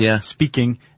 speaking